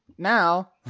Now